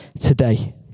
today